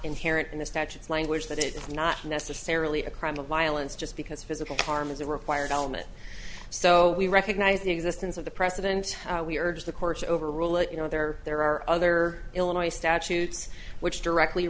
inherent in the statutes language that it is not necessarily a crime of violence just because physical harm is a required element so we recognize the existence of the precedent we urge the courts overrule it you know there are there are other illinois statutes which directly